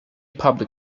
public